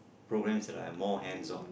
programs that are more hands on